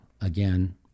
again